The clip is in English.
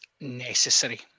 necessary